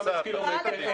של 45 קילומטר.